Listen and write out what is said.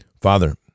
Father